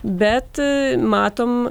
bet matom